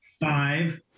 Five